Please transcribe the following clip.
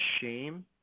shame